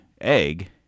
egg